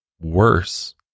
worse